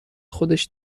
خودش